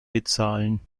bezahlen